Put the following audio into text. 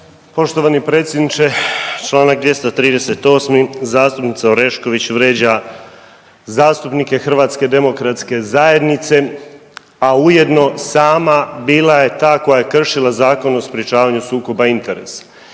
Poštovani predsjedniče Članak 238., zastupnica Orešković vrijeđa zastupnike HDZ-a, a ujedno sama bila je ta koja je kršila Zakon o sprječavanju sukoba interesa.